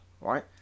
right